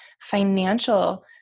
financial